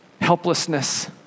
helplessness